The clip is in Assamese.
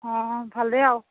অঁ ভালে আৰু